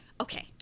okay